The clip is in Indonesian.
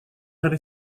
dari